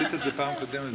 עשית את זה בפעם הקודמת.